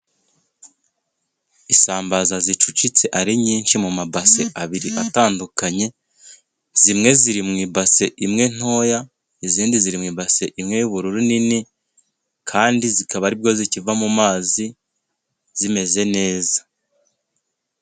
Isambaza zicucitse ari nyinshi mu mabase abiri atandukanye. Zimwe ziri mu ibase imwe ntoya, izindi ziri mu ibase imwe y'ubururu nini. Kandi zikaba aribwo zikiva mu mazi, zimeze neza.